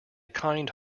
kind